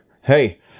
Hey